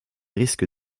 risque